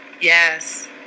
Yes